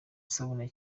isabune